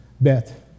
bet